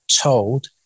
told